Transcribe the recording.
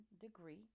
degree